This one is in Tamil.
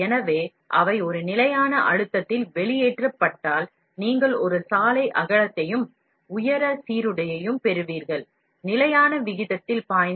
எனவே அவை ஒரு நிலையான அழுத்தத்தில் வெளியேற்றப்பட்டால் நீங்கள் ஒரு சாலை அகலத்தைப் பெறுவீர்கள் மேலும் உயரம் ஒரே மாதிரியாக இருக்கும் மேலும் நிலையான விகிதத்தில் பாயும்